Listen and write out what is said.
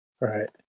Right